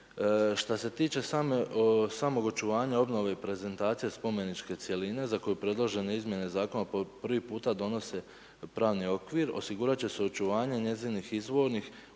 Šta se tiče samog očuvanja obnove i prezentacije spomeničke cjeline za koju predložene izmjene zakona po prvi puta donose pravni okvir osigurat će se osiguranje njezinih izvornih,